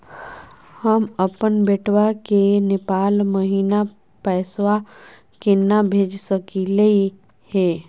हम अपन बेटवा के नेपाल महिना पैसवा केना भेज सकली हे?